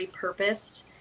repurposed